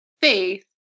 faith